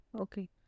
Okay